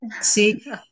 See